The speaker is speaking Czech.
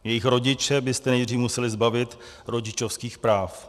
Jejich rodiče byste nejdřív museli zbavit rodičovských práv.